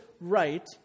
right